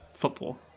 football